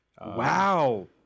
Wow